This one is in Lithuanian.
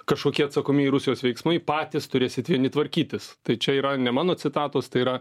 kažkokie atsakomieji rusijos veiksmai patys turėsit vieni tvarkytis tai čia yra ne mano citatos tai yra